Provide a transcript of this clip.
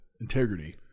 integrity